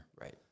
Right